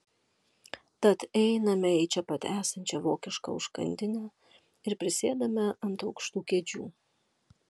tad einame į čia pat esančią vokišką užkandinę ir prisėdame ant aukštų kėdžių